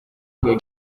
que